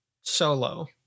solo